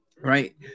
right